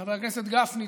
חבר הכנסת גפני,